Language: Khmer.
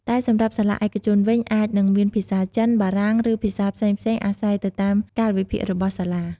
តែសម្រាប់សាលាឯកជនវិញ អាចនឹងមានភាសាចិន បារាំង ឬ ភាសាផ្សេងៗអាស្រ័យទៅតាមកាលវិភាគរបស់សាលា។